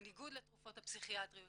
בניגוד לתרופות הפסיכיאטריות